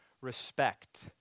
respect